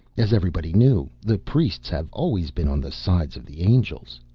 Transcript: as everybody knew, the priests have always been on the side of the angels.